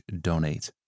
donate